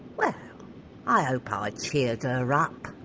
well i hope i cheered her up.